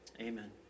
Amen